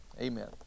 Amen